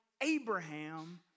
Abraham